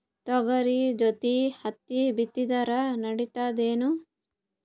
ತೊಗರಿ ಜೋಡಿ ಹತ್ತಿ ಬಿತ್ತಿದ್ರ ನಡಿತದೇನು?